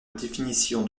définition